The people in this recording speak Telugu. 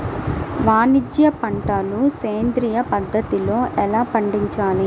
వాణిజ్య పంటలు సేంద్రియ పద్ధతిలో ఎలా పండించాలి?